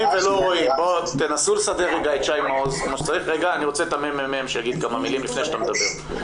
לפני ששי ידבר אני רוצה כמה מילים מהממ"מ.